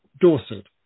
Dorset